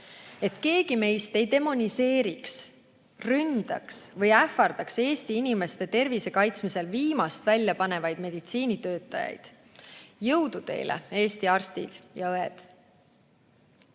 et keegi meist ei demoniseeriks, ründaks või ähvardaks Eesti inimeste tervise kaitsmisel viimast välja panevaid meditsiinitöötajaid. Jõudu teile, Eesti arstid ja õed!